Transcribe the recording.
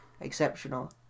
exceptional